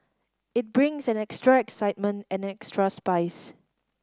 it brings an extra excitement and an extra spice